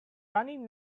running